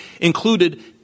included